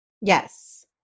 Yes